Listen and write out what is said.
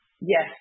Yes